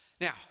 Now